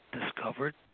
discovered